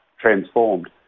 transformed